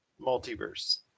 Multiverse